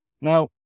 Now